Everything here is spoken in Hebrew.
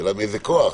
השאלה מאיזה כוח.